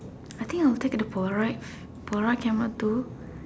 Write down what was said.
I think I will take the Polaroid Polaroid camera too